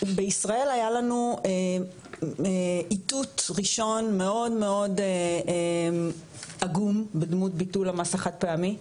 בישראל היה לנו איתות ראשון מאוד מאוד עגום בדמות ביטול המס החד פעמי,